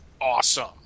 awesome